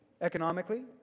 economically